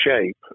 shape